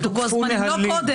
נו אז מה, הם לא קודם.